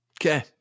Okay